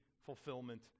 fulfillment